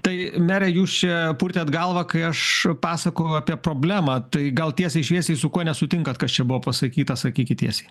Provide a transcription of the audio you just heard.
tai mere jūs čia purtėt galvą kai aš pasakojau apie problemą tai gal tiesiai šviesiai su kuo nesutinkat kas čia buvo pasakyta sakykit tiesiai